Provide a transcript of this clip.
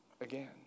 again